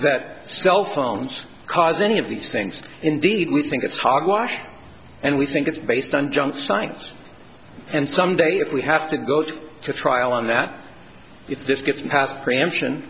that cell phones cause any of these things indeed we think it's hogwash and we think it's based on junk science and someday if we have to go to trial on that it just gets past preemption